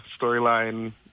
storyline